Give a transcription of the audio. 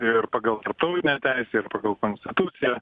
ir pagal tarptautinę teisę ir pagal konstituciją